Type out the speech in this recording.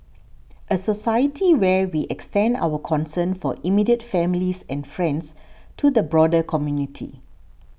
a society where we extend our concern for immediate families and friends to the broader community